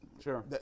Sure